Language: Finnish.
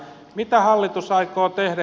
mitä hallitus aikoo tehdä